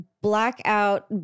blackout